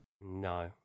no